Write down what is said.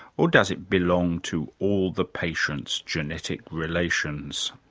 or does it belong to all the patient's genetic relations?